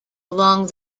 along